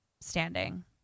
Standing